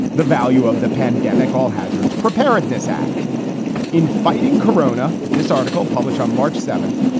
the value of the pandemic all hazards preparedness act in fighting corona. this article, published on march seventh,